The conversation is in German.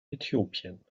äthiopien